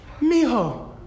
mijo